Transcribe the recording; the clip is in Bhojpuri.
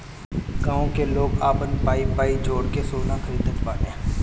गांव में लोग आपन पाई पाई जोड़ के सोना खरीदत बाने